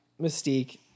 Mystique